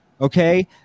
Okay